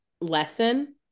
lesson